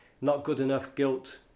not-good-enough-guilt